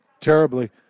terribly